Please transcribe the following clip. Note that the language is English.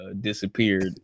disappeared